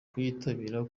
kuyitabira